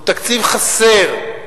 הוא תקציב חסר,